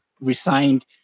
resigned